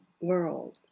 world